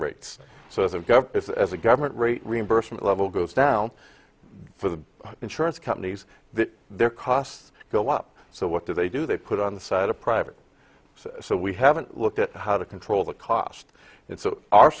rate so the government as a government rate reimbursement level goes down for the insurance companies that their costs go up so what do they do they put on the side of private so we haven't looked at how to control the cost